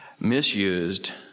misused